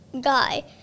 guy